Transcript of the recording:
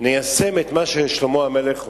ניישם את מה ששלמה המלך אומר,